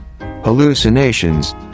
hallucinations